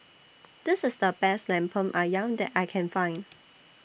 This IS The Best Lemper Ayam that I Can Find